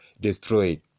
destroyed